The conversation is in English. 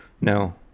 no